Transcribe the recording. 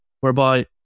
whereby